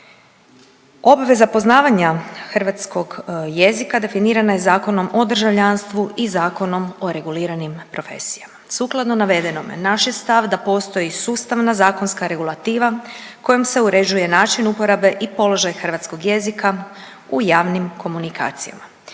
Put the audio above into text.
Obveza poznavanja hrvatskog jezika definirana je Zakonom o državljanstvu i Zakonom o reguliranim profesijama. Sukladno navedenome naš je stav da postoji sustavna zakonska regulativa kojom se uređuje način uporabe i položaj hrvatskog jezika u javnim komunikacijama.